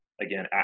again